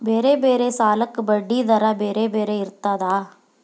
ಬೇರೆ ಬೇರೆ ಸಾಲಕ್ಕ ಬಡ್ಡಿ ದರಾ ಬೇರೆ ಬೇರೆ ಇರ್ತದಾ?